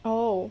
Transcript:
oh